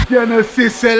Genesis